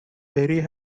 very